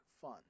fun